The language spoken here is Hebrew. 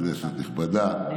כנסת נכבדה, שלום לך.